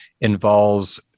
involves